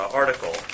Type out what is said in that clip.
article